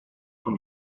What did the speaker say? con